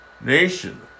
nation